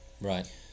Right